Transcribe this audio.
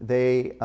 they